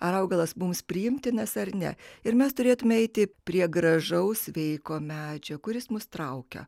augalas mums priimtinas ar ne ir mes turėtumėme eiti prie gražaus sveiko medžio kuris mus traukia